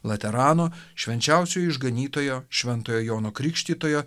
laterano švenčiausiojo išganytojo šventojo jono krikštytojo